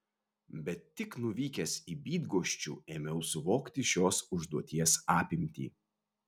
bet tik nuvykęs į bydgoščių ėmiau suvokti šios užduoties apimtį